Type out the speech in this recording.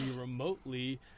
remotely